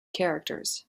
characters